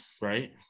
right